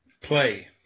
play